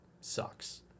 sucks